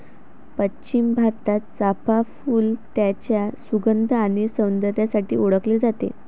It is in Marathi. पश्चिम भारतात, चाफ़ा फूल त्याच्या सुगंध आणि सौंदर्यासाठी ओळखले जाते